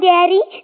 Daddy